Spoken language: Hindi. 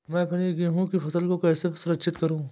मैं अपनी गेहूँ की फसल को कैसे सुरक्षित करूँ?